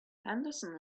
henderson